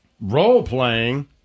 role-playing